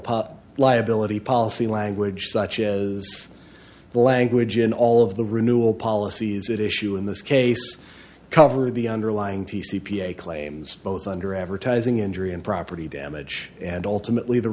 public liability policy language such as the language in all of the renewal policies that issue in this case cover the underlying t c p a claims both under advertising injury and property damage and ultimately the